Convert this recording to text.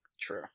True